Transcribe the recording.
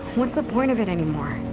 what's the point of it any more?